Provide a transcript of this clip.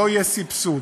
לא יהיה סבסוד.